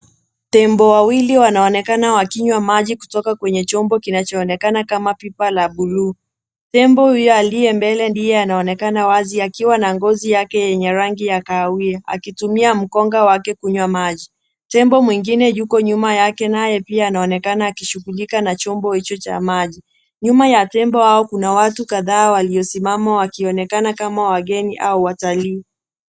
Tembo wawili wanaonekana wakinywa maji kutoka kwenye chombo kinachoonekana kama pipa la bluu. Tembo huyo aliye mbele ndiye anaonekana wazi akiwa na ngozi yake yenye rangi ya kahawia, akitumia mkonga wake kunywa maji. Tembo mwingine yuko nyuma yake naye pia anaonekana akishughulika na chombo hicho cha maji. Nyuma ya tembo hao kuna watu kadhaa waliosimama wakionekana kama wageni au watalii.